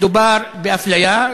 מדובר באפליה.